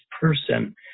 person